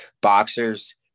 boxers